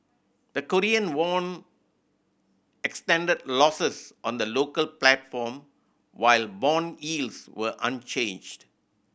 the Korean won extended losses on the local platform while bond yields were unchanged